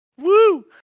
Woo